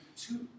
two